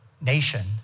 nation